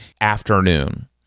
afternoon